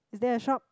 is there a shop